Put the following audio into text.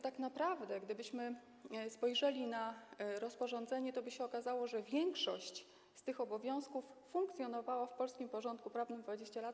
Tak naprawdę gdybyśmy spojrzeli na rozporządzenie, toby się okazało, że większość z tych obowiązków funkcjonowała w polskim porządku prawnym 20 lat.